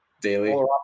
daily